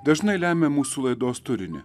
dažnai lemia mūsų laidos turinį